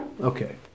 Okay